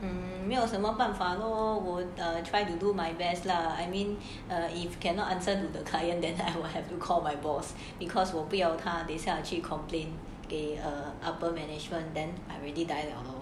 没有什么办法 lor will try to do my best lah I mean if cannot answer to the client then I will have to call my boss because 我不要他去 complain 给 upper management then I really die lor